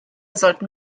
sollten